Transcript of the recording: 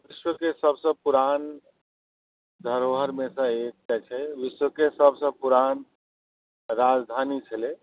विश्वके सभसँ पुरान धरोहरमे सँ एकटा छै विश्वके सभसँ पुरान राजधानी छलै